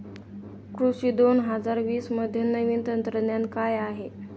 कृषी दोन हजार वीसमध्ये नवीन तंत्रज्ञान काय आहे?